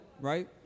Right